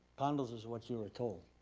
condos is what you were told.